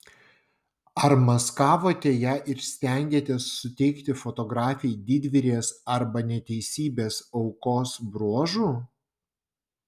ar maskavote ją ir stengėtės suteikti fotografei didvyrės arba neteisybės aukos bruožų